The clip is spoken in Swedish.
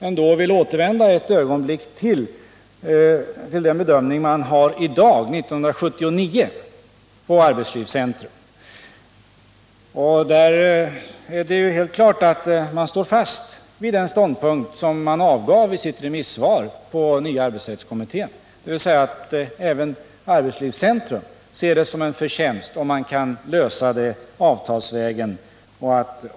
Jag vill ett ögonblick återvända till den bedömning arbetslivscentrum gör i dag, år 1979. Det står helt klart att man vidhåller den ståndpunkt som man redogjorde för i sitt remissvar med anledning av den nya arbetsrättskommitténs förslag. Även arbetslivscentrum betraktar det alltså som en vinst, om man kan lösa frågan avtalsvägen.